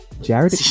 Jared